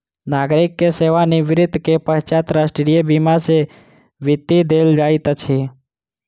नागरिक के सेवा निवृत्ति के पश्चात राष्ट्रीय बीमा सॅ वृत्ति देल जाइत अछि